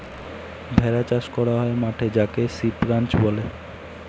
ভেড়া চাষ করা হয় মাঠে যাকে সিপ রাঞ্চ বলে